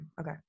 okay